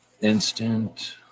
Instant